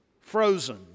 Frozen